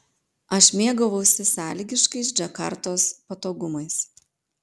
aš mėgavausi sąlygiškais džakartos patogumais